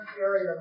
area